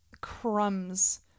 crumbs